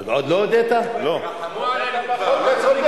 אדוני היושב-ראש,